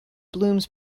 blooms